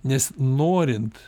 nes norint